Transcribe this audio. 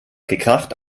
gekracht